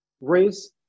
race